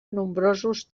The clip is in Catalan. nombrosos